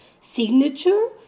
signature